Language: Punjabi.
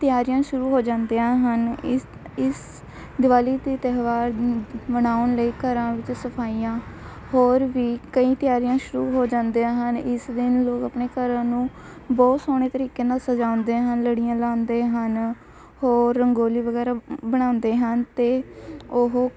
ਤਿਆਰੀਆਂ ਸ਼ੁਰੂ ਹੋ ਜਾਂਦੀਆਂ ਹਨ ਇਸ ਇਸ ਦਿਵਾਲੀ ਦੇ ਤਿਉਹਾਰ ਨੂੰ ਮਨਾਉਣ ਲਈ ਘਰਾਂ ਵਿੱਚ ਸਫਾਈਆਂ ਹੋਰ ਵੀ ਕਈ ਤਿਆਰੀਆਂ ਸ਼ੁਰੂ ਹੋ ਜਾਂਦੀਆਂ ਹਨ ਇਸ ਦਿਨ ਲੋਕ ਆਪਣੇ ਘਰਾਂ ਨੂੰ ਬਹੁਤ ਸੋਹਣੇ ਤਰੀਕੇ ਨਾਲ ਸਜਾਉਂਦੇ ਹਨ ਲੜੀਆਂ ਲਾਉਂਦੇ ਹਨ ਹੋਰ ਰੰਗੋਲੀ ਵਗੈਰਾ ਬਣਾਉਂਦੇ ਹਨ ਅਤੇ ਉਹ